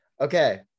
Okay